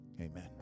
Amen